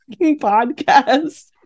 podcast